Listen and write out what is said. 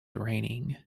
raining